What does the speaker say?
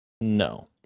no